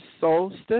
solstice